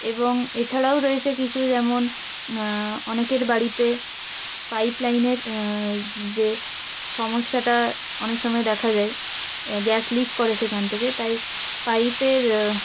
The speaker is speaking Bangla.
এবং এছাড়াও রয়েছে কিছু যেমন অনেকের বাড়িতে পাইপলাইনের যে সমস্যাটা অনেক সময় দেখা যায় গ্যাস লিক করে সেখান থেকে তাই পাইপের